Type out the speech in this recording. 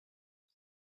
but